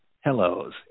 hellos